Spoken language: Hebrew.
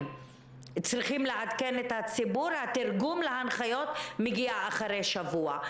צריכים לעדכן את הציבור התרגום להנחיות מגיע אחרי שבוע.